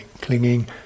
Clinging